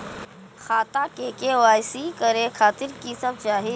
खाता के के.वाई.सी करे खातिर की सब चाही?